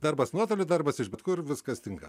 darbas nuotoliu darbas iš bet kur viskas tinka